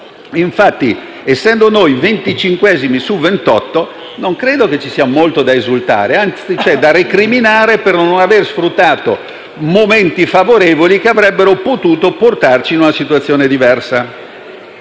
Infatti, essendo noi venticinquesimi su ventotto, non credo ci sia molto da esultare, anzi c'è da recriminare per non avere sfruttato momenti favorevoli che avrebbero potuto portarci in una situazione diversa.